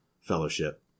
Fellowship